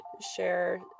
share